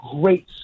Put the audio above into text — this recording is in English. great